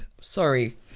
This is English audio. Sorry